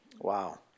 Wow